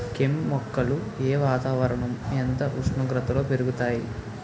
కెమ్ మొక్కలు ఏ వాతావరణం ఎంత ఉష్ణోగ్రతలో పెరుగుతాయి?